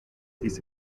diese